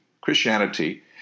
Christianity